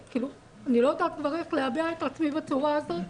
אני לא יודעת כבר איך להביע את עצמי בצורה הזאת,